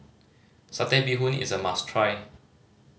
Satay Bee Hoon is a must try